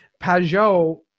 Pajot